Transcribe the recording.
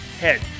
head